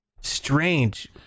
Strange